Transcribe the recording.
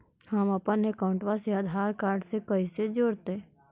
हमपन अकाउँटवा से आधार कार्ड से कइसे जोडैतै?